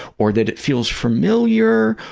or that it feels familiar,